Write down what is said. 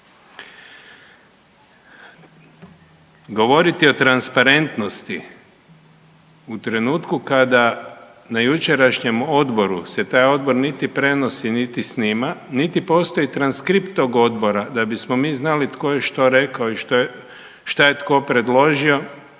Govoriti o transparentnosti u trenutku kada na jučerašnjem odboru se taj odbor niti prenosi niti snima niti postoji transkript tog odbora da bismo mi znali tko je što rekao i što je tko predložio,